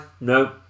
no